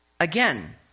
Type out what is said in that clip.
Again